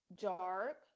dark